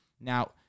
Now